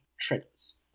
triggers